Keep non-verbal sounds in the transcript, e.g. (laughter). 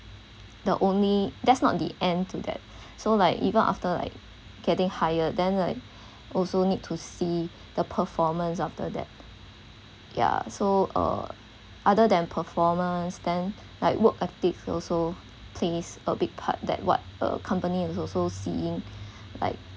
the only that's not the end to that so like even after like getting higher then like also need to see the performance after that ya so uh other than performance then like work ethics also plays a big part that what a company is also seeing (breath) like